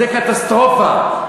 זו קטסטרופה.